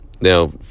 Now